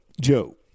Joe